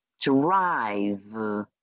Drive